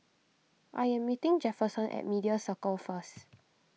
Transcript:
I am meeting Jefferson at Media Circle first